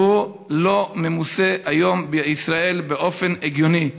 שהוא לא ממוסה היום בישראל באופן הגיוני.